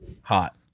Hot